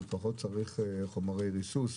והוא פחות צורך חומרי ריסוס,